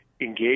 engage